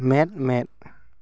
ᱢᱮᱫ ᱢᱮᱫ